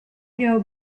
know